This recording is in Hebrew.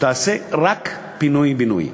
שתעשה רק פינוי-בינוי.